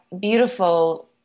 beautiful